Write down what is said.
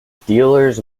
dealers